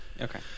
okay